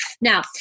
Now